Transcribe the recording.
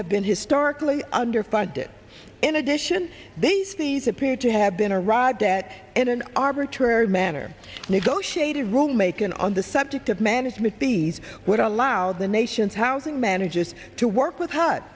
have been historically underfunded in addition this these appear to have been arrived at in an arbitrary manner negotiated room a can on the subject of management these would allow the nation's housing manages to work with h